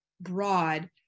broad